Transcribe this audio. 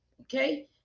okay